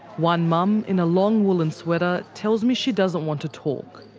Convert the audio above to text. one mum, in a long woolen sweater tells me she doesn't want to talk,